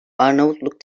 arnavutluk